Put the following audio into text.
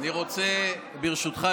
ברשותך,